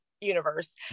universe